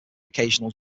occasional